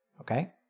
Okay